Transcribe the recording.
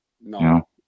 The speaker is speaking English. No